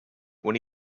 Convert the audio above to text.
when